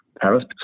Paris